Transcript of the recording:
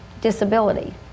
disability